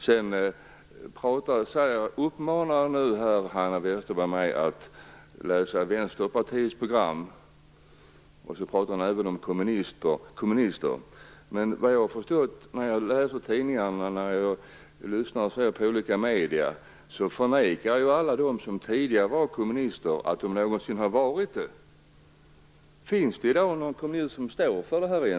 Hanna Zetterberg uppmanar mig här också att läsa Vänsterpartiets partiprogram, och hon pratar även om kommunister. Men såvitt jag har förstått från tidningar och andra medier förnekar nu alla de som tidigare var kommunister att de någonsin har varit det. Finns det egentligen i dag någon kommunist som står för det här?